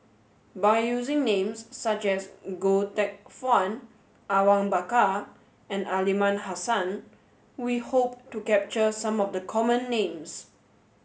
by using names such as Goh Teck Phuan Awang Bakar and Aliman Hassan we hope to capture some of the common names